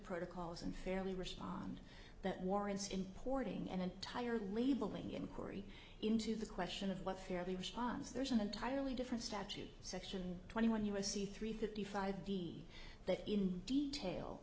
protocols and fairly respond that warrants importing an entire labeling inquiry into the question of what fairly was was there is an entirely different statute section twenty one u s c three fifty five v that in detail